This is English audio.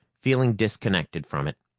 feeling disconnected from it.